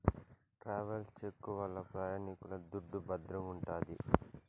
travels cheque వల్ల ప్రయాణికుల దుడ్డు భద్రంగుంటాది